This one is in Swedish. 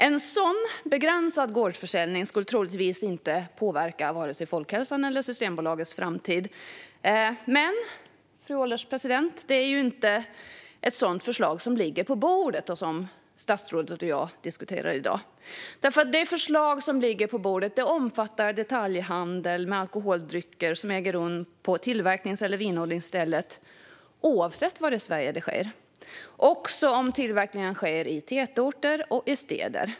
En sådan begränsad gårdsförsäljning skulle troligtvis inte påverka vare sig folkhälsan eller Systembolagets framtid. Men, fru ålderspresident, det är inte ett sådant förslag som ligger på bordet och som statsrådet och jag diskuterar i dag. Det förslag som ligger på bordet omfattar detaljhandel med alkoholdrycker som äger rum på tillverknings eller vinodlingsstället oavsett var i Sverige det ligger. Det omfattar också tillverkning som sker i tätorter och i städer.